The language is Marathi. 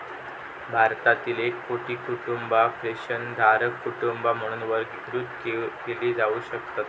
भारतातील एक कोटी कुटुंबा पेन्शनधारक कुटुंबा म्हणून वर्गीकृत केली जाऊ शकतत